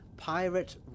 Pirate